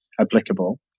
applicable